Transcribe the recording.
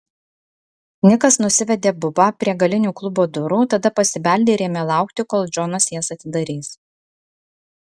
nikas nusivedė bubą prie galinių klubo durų tada pasibeldė ir ėmė laukti kol džonas jas atidarys